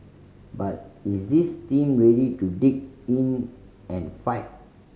but is this team ready to dig in and fight